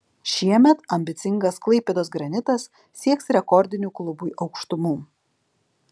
šiemet ambicingas klaipėdos granitas sieks rekordinių klubui aukštumų